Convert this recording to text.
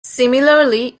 similarly